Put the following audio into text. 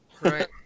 Right